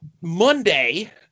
Monday